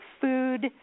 food